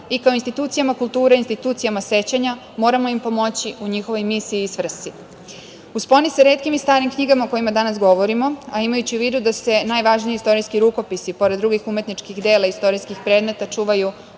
i kao institucijama kulture institucijama sećanja moramo im pomoći u njihovoj misiji i svrsi.U sponi sa retkim i starim knjigama, o kojima danas govorimo, a imajući u vidu da se najvažniji istorijski rukopisi, pored drugih umetničkih dela i istorijskih predmeta, čuvaju